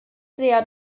sehr